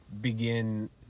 begin